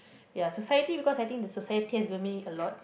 ya society because I think the society has given me a lot